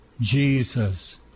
Jesus